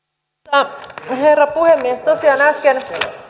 arvoisa herra puhemies tosiaan äsken